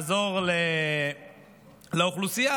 לעזור לאוכלוסייה,